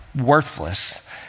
worthless